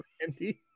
Randy